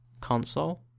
console